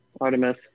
Artemis